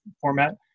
format